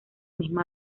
misma